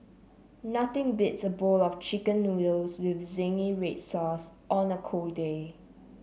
nothing beats a bowl of chicken noodles with zingy red sauce on a cold day